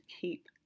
keep